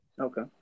Okay